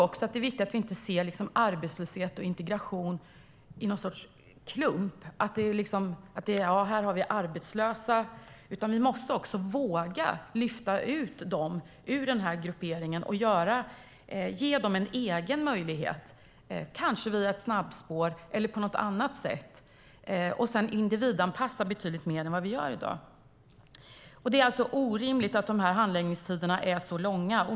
Det är viktigt att vi inte ser arbetslöshet och integration i klump, utan vi måste våga lyfta ut de här personerna ur gruppen och ge dem en egen möjlighet, kanske via ett snabbspår eller på något annat sätt, och individanpassa betydligt mer än vad vi gör i dag. Det är orimligt att handläggningstiderna är så långa.